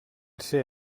ser